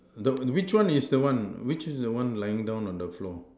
the which one is the one which is the one lying down on the floor